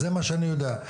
זה מה שאני יודע.